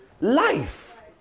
Life